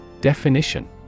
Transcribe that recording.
Definition